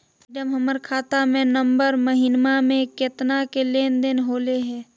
madam, हमर खाता में ई नवंबर महीनमा में केतना के लेन देन होले है